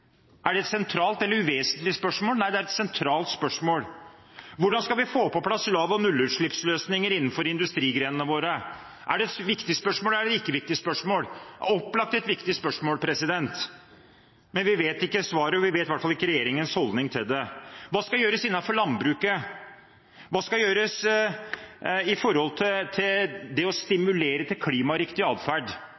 Er dette et sentralt eller et uvesentlig spørsmål? Det er et sentralt spørsmål. Hvordan skal vi få på plass lav- og nullutslippsløsninger innenfor industrigrenene våre? Er dette et viktig eller et ikke viktig spørsmål? Det er opplagt et viktig spørsmål. Vi vet ikke svaret, og vi vet i hvert fall ikke regjeringens holdning til det. Hva skal gjøres innenfor landbruket? Hva skal gjøres for å stimulere til klimariktig atferd?